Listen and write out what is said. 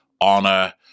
honor